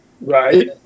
Right